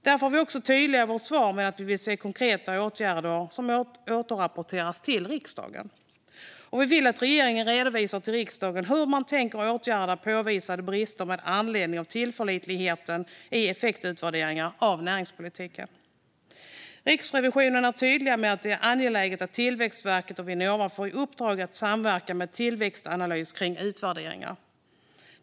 Därför är vi också tydliga i vårt svar med att vi vill se konkreta förslag på åtgärder som återrapporteras till riksdagen. Vi vill också att regeringen redovisar för riksdagen hur man tänker åtgärda påvisade brister i tillförlitligheten i effektutvärderingar av näringspolitiken. Riksrevisionen är tydlig med att det är angeläget att Tillväxtverket och Vinnova får i uppdrag att samverka med Tillväxtanalys om utvärderingar.